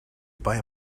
buy